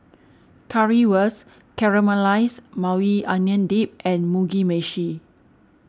Currywurst Caramelized Maui Onion Dip and Mugi Meshi